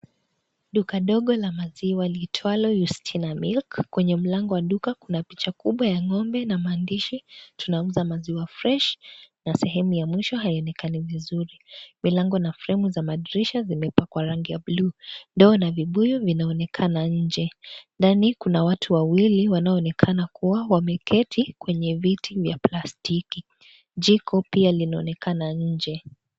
Duka dogo la maziwa liitwalo Yustina Milk. Kwenye mlango wa duka kuna picha kubwa ya ng'ombe na maandishi, tunauza maziwa fresh na sehemu ya mwisho haionekani vizuri. Milango na fremu za madirisha zimepakwa rangi ya buluu. Ndoo na vibuyu vinaonekana nje. Ndani kuna watu wawili wanaoonekana kuwa wameketi kwenye viti vya plastiki. Jiko pia linaonekana nje.